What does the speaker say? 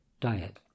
diet